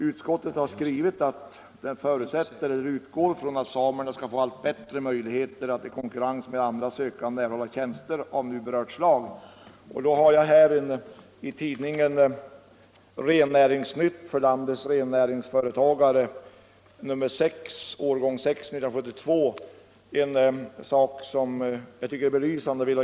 Utskottet har uttalat att man utgår ifrån att samerna skall få allt bättre möjligheter att i konkurrens med andra sökande erhålla tjänster vid statliga och landstingskommunala myndigheter vilkas innehavare handlägger samefrågor.